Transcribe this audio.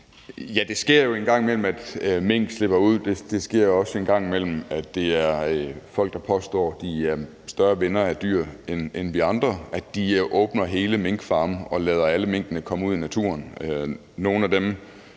Ja, det sker jo en gang imellem, at mink slipper ud. Det sker også en gang imellem, at folk, der påstår, at de er større venner af dyr end os andre, åbner hele minkfarme og lader alle minkene komme ud i naturen.